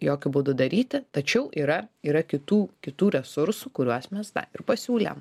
jokiu būdu daryti tačiau yra yra kitų kitų resursų kuriuos mes na ir pasiūlėm